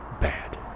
bad